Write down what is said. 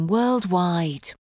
Worldwide